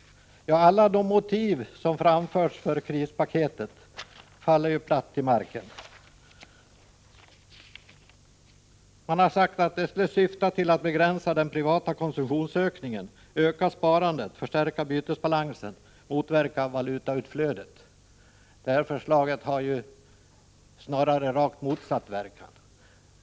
Ja, alla de motiv som framförts för krispaketet faller platt till marken. Man har sagt att det skulle syfta till att begränsa den privata konsumtionsökningen, öka sparandet, förstärka bytesbalansen och motverka valutautflödet. Det här förslaget har snarare rakt motsatt verkan.